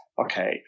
okay